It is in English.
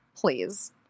Please